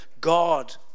God